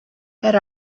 had